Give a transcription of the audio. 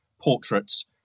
portraits